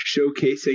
showcasing